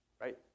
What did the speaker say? right